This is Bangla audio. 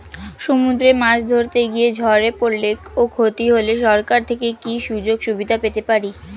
সমুদ্রে মাছ ধরতে গিয়ে ঝড়ে পরলে ও ক্ষতি হলে সরকার থেকে কি সুযোগ সুবিধা পেতে পারি?